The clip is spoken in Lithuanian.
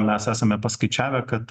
mes esame paskaičiavę kad